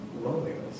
loneliness